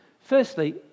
Firstly